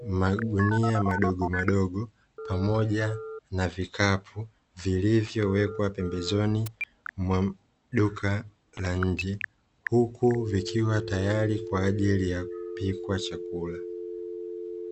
magunia madogomadogo pamoja na vikapu vilivyowekwa pembezoni mwa duka la nje, huku vikiwa tayari kwa ajili ya kupikwa chakula.